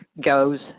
goes